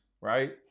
right